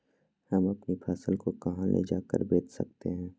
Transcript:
हम अपनी फसल को कहां ले जाकर बेच सकते हैं?